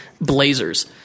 blazers